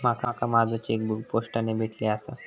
माका माझो चेकबुक पोस्टाने भेटले आसा